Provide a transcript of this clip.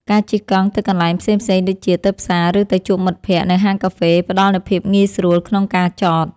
ការជិះកង់ទៅកន្លែងផ្សេងៗដូចជា ទៅផ្សារ ឬទៅជួបមិត្តភក្តិនៅហាងកាហ្វេ ផ្ដល់នូវភាពងាយស្រួលក្នុងការចត។